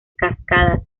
cascadas